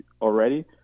already